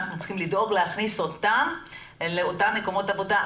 אנחנו צריכים לדאוג להכניס אותם לאותם מקומות עבודה,